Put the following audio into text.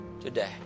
today